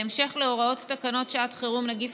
בהמשך להוראות תקנות שעת חירום (נגיף